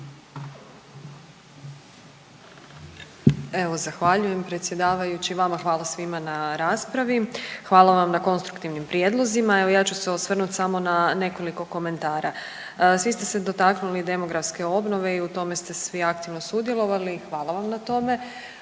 svima na raspravi. Hvala vam na konstruktivnoj raspravi. Hvala vam na konstruktivnim prijedlozima. Evo ja ću se osvrnuti samo na nekoliko komentara. Svi ste se dotaknuli demografske obnove i u tome ste svi aktivno sudjelovali i hvala vam na tome.